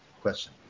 question